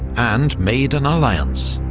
and made an alliance.